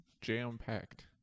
jam-packed